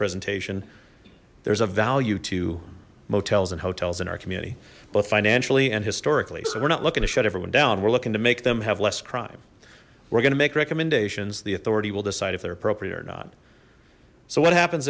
presentation there's a value to motels and hotels in our community both financially and historically so we're not looking to shut everyone down we're looking to make them have less crime we're gonna make recommendations the authority will decide if they're appropriate or not so what happens